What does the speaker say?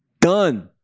done